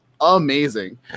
amazing